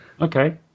Okay